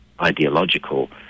ideological